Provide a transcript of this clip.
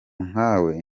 nkawe